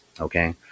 Okay